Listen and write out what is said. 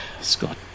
Scott